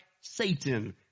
Satan